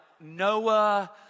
Noah